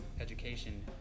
education